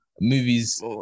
movies